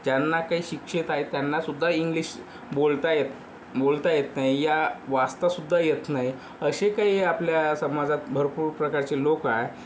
ज्यांना काही शिक्षित आहेत त्यांनासुद्धा इंग्लिश बोलता येत बोलता येत नाही या वाचतासुद्धा येत नाही असे काही आपल्या समाजात भरपूर प्रकारचे लोक आहे